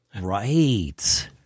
Right